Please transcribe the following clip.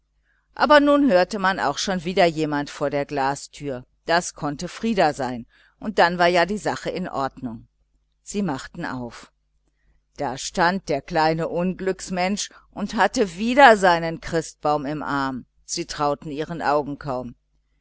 aber nun hörte man auch schon wieder jemand vor der glastüre das konnte frieder sein und dann war ja die sache in ordnung sie machten auf da stand der kleine unglücksmensch und hatte wieder seinen christbaum im arm sie trauten ihren augen kaum